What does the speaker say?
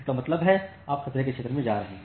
इसका मतलब है आप खतरे के क्षेत्र में जा रहे हैं